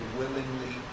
willingly